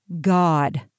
God